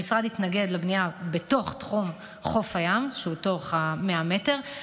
המשרד יתנגד לבנייה בתוך תחום חוף הים שהוא תוך ה-100 מטר.